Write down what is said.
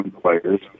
players